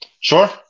Sure